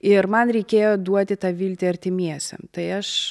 ir man reikėjo duoti tą viltį artimiesiem tai aš